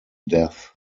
death